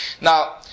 Now